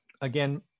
Again